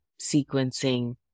sequencing